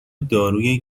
داروی